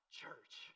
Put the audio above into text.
church